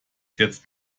jetzt